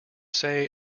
say